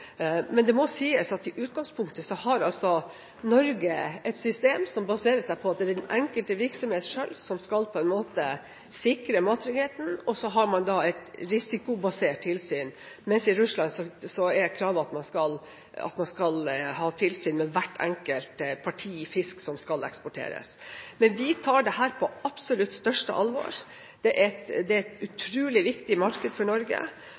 Men det må sies at i utgangspunktet har Norge et system som baserer seg på at det er den enkelte virksomhet selv som skal sikre mattryggheten. Man har et risikobasert tilsyn, men i Russland er kravet at man skal ha tilsyn med hvert enkelt parti fisk som skal eksporteres. Men vi tar dette på absolutt største alvor. Det er et utrolig viktig marked for Norge,